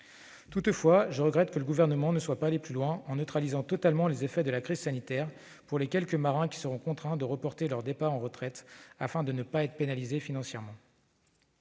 Toutefois, je regrette que le Gouvernement ne soit pas allé plus loin en neutralisant totalement les effets de la crise sanitaire pour les quelques marins qui seront contraints de reporter leur départ à la retraite afin de ne pas être pénalisés financièrement.